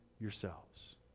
yourselves